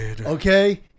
Okay